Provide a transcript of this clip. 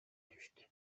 түстэ